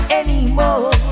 anymore